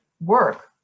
work